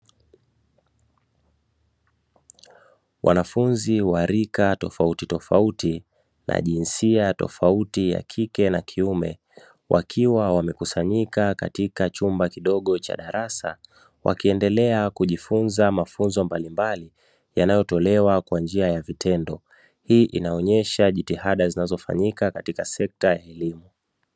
Wanafunzi wa rika tofautitofauti na jinsia tofauti ya kike na kiume, wakiwa wamekusanyika katika chumba kidogo cha darasa, wakiendelea kujifunza mafunzo mbalimbali yanayotolewa kwa njia ya vitendo, hii inaonyesha jitihada zinazofanyika katika sekta ya elimu.